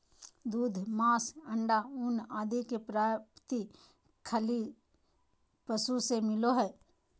दूध, मांस, अण्डा, ऊन आदि के प्राप्ति खली पशु से मिलो हइ